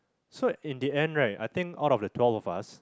so in the end right I think out of the twelve of us